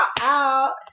out